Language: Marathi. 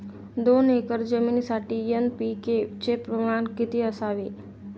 दोन एकर जमिनीसाठी एन.पी.के चे प्रमाण किती असावे?